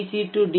C D